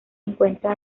encuentra